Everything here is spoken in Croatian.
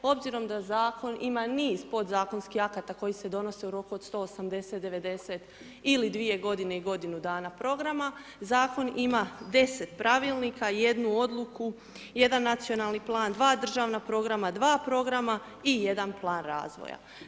Obzirom da zakon ima niz podzakonskih akata koji se donose u roku 180, 90 ili dvije godine i godinu dana programa, zakon ima 10 Pravilnika, jednu Odluku, jedan Nacionalni plan, dva državna programa, dva programa i jedan Plan razvoja.